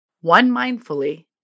one-mindfully